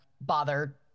bother